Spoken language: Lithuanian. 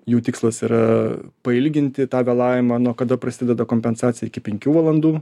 jų tikslas yra pailginti tą vėlavimą nuo kada prasideda kompensacija iki penkių valandų